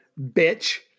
bitch